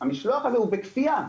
והשליחה הזאת היא בכפייה,